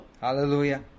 Hallelujah